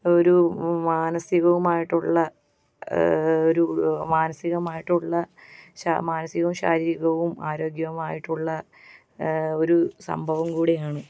ഒരു മാനസികവുമായിട്ടുള്ള ഒരു മാനസികവുമായിട്ടുള്ള മാനസികവും ശാരീരികവും ആരോഗ്യവുമായിട്ടുള്ള ഒരു സംഭവം കൂടിയാണ്